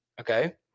Okay